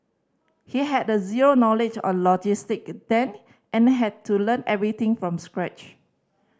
he had zero knowledge of logistic then and had to learn everything from scratch